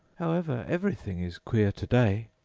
however, everything is queer to-day